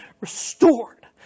restored